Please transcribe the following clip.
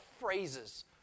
phrases